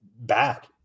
bad